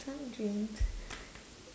some dream